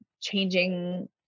changing